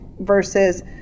versus